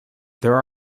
there